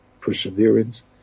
perseverance